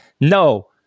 No